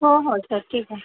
हो हो सर ठीक आहे